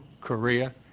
Korea